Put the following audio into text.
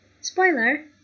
spoiler